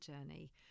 journey